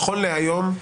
נכון להיום,